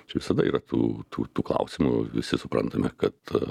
čia visada yra tų tų tų klausimų visi suprantame kad